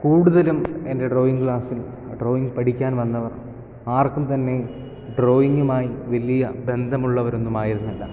കൂടുതലും എൻ്റെ ഡ്രോയിങ് ക്ലാസ്സിൽ ഡ്രോയിങ് പഠിക്കാൻ വന്നവർ ആർക്കും തന്നെ ഡ്രോയിങ്ങുമായി വലിയ ബന്ധമുള്ളവരൊന്നും ആയിരുന്നില്ല